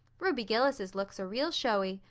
ruby gillis's looks are real showy.